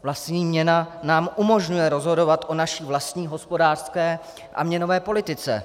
Vlastní měna nám umožňuje rozhodovat o naší vlastní hospodářské a měnové politice.